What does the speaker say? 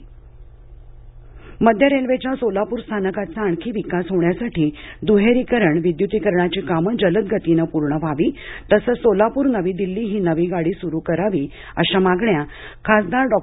Solapur railway मागणी मध्य रेल्वेच्या सोलापूर स्थानकाचा आणखी विकास होण्यासाठी दुहेरीकरण विद्युतीकरणाची कामं जलद गतीनं पूर्ण व्हावी तसंच सोलापूर नवी दिल्ली ही नवी गाडी सुरू करावी अशा मागण्या खासदार डॉ